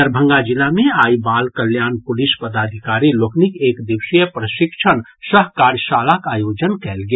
दरभंगा जिला मे आइ बाल कल्याण पुलिस पदाधिकारी लोकनिक एक दिवसीय प्रशिक्षण ससह कार्यशालाक आयोजन कयल गेल